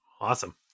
Awesome